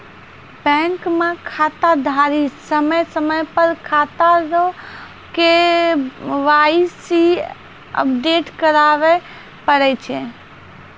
bank मे खाताधारी समय समय पर खाता रो के.वाई.सी अपडेट कराबै पड़ै छै